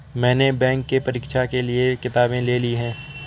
मैने बैंक के परीक्षा के लिऐ किताबें ले ली हैं